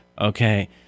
okay